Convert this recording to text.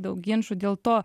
daug ginčų dėl to